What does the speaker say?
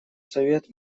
совет